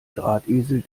drahtesel